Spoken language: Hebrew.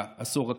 בעשור הקרוב.